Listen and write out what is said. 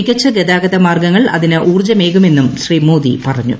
മികച്ച ഗതാഗത മാർഗ്ഗങ്ങൾ അതിന് ഊർജ്ജമേകുമെന്നും ശ്രീ മോദി പറഞ്ഞു